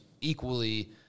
equally